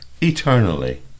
eternally